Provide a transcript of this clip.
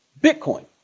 Bitcoin